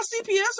cps